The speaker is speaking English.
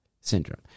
syndrome